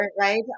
right